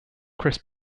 criss